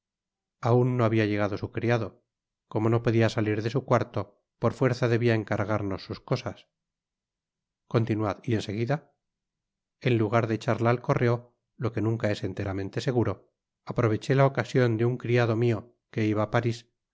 aun no habia llegado su criado como no podia salir de su cu arto por fuerza debia encargarnos sus cosas continuad y en seguida en lugar de echarla al correo lo que nunca es enteramente seguro aproveché la ocasion de un criado mio que iba á paris y